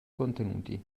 contenuti